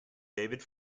david